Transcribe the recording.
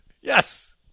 Yes